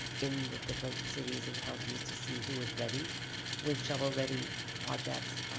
in the different cities and counties to see who is ready with shovel-ready projects,